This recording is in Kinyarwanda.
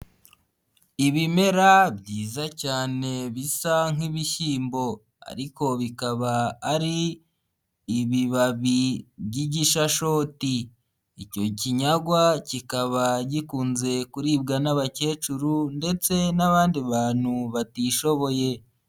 Ibimera byiza cyane bisa nk'bishyimbo ariko bikaba ari ibibabi by'igishashoti. Icyo kinyagwa kikaba gikunze kuribwa n'abakecuru ndetse n'abandi bantu batishoboye.